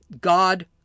God